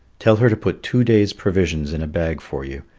tell her to put two days' provisions in a bag for you,